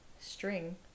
string